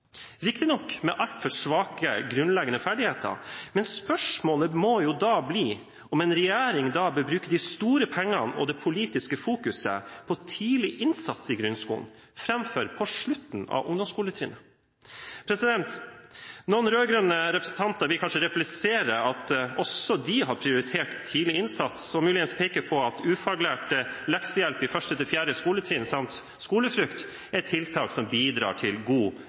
riktignok med altfor svake grunnleggende ferdigheter, men spørsmålet må jo da bli om en regjering bør bruke de store pengene og det politiske fokuset på tidlig innsats i grunnskolen, framfor på slutten av ungdomsskoletrinnet. Noen rød-grønne representanter vil kanskje replisere at også de har prioritert tidlig innsats, og de vil muligens peke på at ufaglært leksehjelp i 1.–4. trinn samt skolefrukt er tiltak som bidrar til god